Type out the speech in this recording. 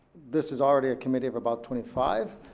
this is already a committee of about twenty five,